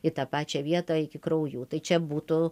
į tą pačią vietą iki kraujų tai čia būtų